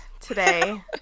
today